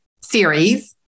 series